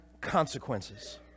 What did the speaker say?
consequences